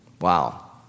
Wow